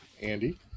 Andy